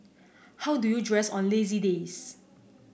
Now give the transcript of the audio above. how do you dress on lazy days